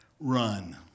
run